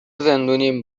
زندونیم